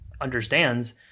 understands